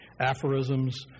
aphorisms